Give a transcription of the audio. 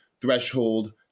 threshold